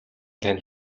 танил